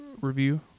review